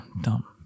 dumb